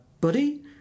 buddy